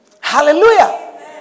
Hallelujah